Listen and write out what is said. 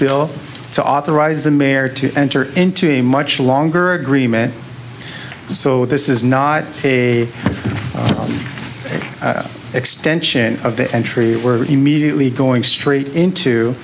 bill to authorize the mayor to enter into a much longer agreement so this is not a extension of the entry we're immediately going straight into